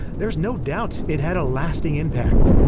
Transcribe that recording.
there's no doubt it had a lasting impact.